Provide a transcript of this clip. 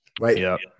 right